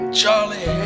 Charlie